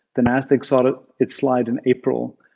the nasdaq saw it it slide in april.